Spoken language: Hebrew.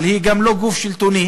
אבל היא גם לא גוף שלטוני,